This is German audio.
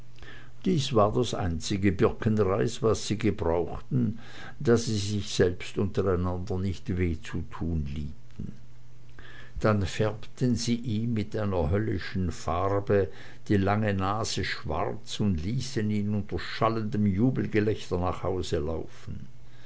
dies war das einzige birkenreis was sie gebrauchten da sie sich selbst untereinander nicht weh zu tun liebten dann färbten sie ihm mit einer höllischen farbe die lange nase schwarz und ließen ihn unter schallendem jubelgelächter nach hause laufen